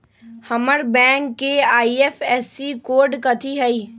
हमर बैंक के IFSC code कथि हई?